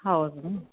ಹೌದು ರಿ